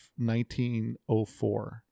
1904